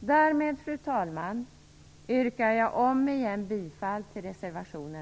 Därmed, fru talman, yrkar jag återigen bifall till reservation 2.